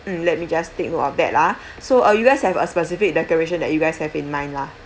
mm let me just take note of that ah so uh you guys have a specific decoration that you guys have in mind lah